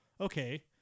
okay